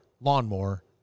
lawnmower